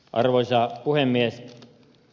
arvoisa puhemies